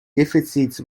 deficits